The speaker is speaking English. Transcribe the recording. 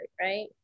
right